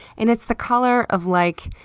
and it's the color of like,